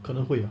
可能会